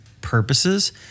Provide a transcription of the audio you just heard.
purposes